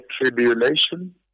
tribulation